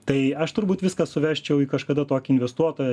tai aš turbūt viską suvesčiau į kažkada tokį investuotojo